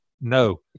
no